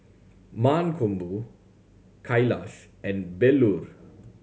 Mankombu Kailash and Bellur